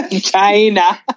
China